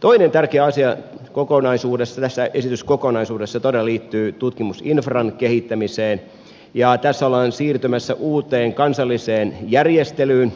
toinen tärkeä asia tässä esityskokonaisuudessa todella liittyy tutkimusinfran kehittämiseen ja tässä ollaan siirtymässä uuteen kansalliseen järjestelyyn